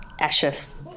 ashes